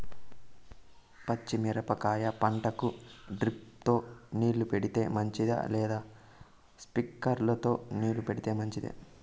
పచ్చి మిరపకాయ పంటకు డ్రిప్ తో నీళ్లు పెడితే మంచిదా లేదా స్ప్రింక్లర్లు తో నీళ్లు పెడితే మంచిదా?